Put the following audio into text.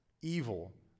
evil